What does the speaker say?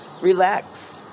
relax